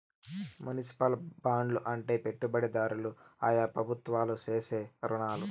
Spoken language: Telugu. మునిసిపల్ బాండ్లు అంటే పెట్టుబడిదారులు ఆయా ప్రభుత్వాలకు చేసే రుణాలు